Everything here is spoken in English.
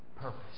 purpose